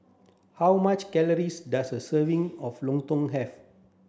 how much calories does a serving of Lontong have